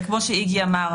כמו שאיגי אמר,